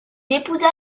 épousa